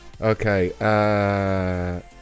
Okay